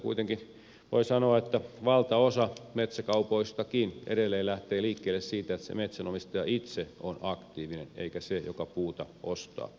kyllä voi kuitenkin sanoa että valtaosa metsäkaupoistakin edelleen lähtee liikkeelle siitä että se metsänomistaja itse on aktiivinen eikä se joka puuta ostaa